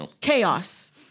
chaos